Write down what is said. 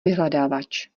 vyhledávač